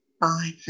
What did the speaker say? Bye